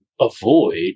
avoid